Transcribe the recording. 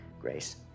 Grace